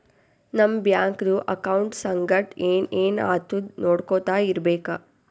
ನಮ್ ಬ್ಯಾಂಕ್ದು ಅಕೌಂಟ್ ಸಂಗಟ್ ಏನ್ ಏನ್ ಆತುದ್ ನೊಡ್ಕೊತಾ ಇರ್ಬೇಕ